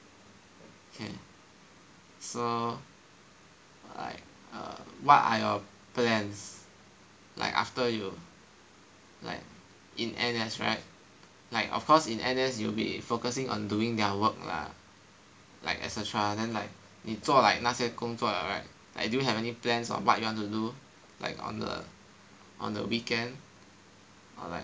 so like err what are your plans like after you like in N_S right like of course in N_S you will be focusing on doing their work lah like et cetera then like 你做 like 那些工作了 right do you have any plans or what you want to do like on the on the weekend or like